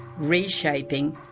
reshaping,